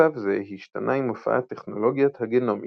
מצב זה השתנה עם הופעת טכנולוגיית הגנומיקה.